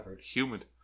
Humid